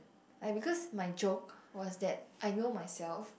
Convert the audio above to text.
I because my joke was that I know myself